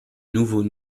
nouveaux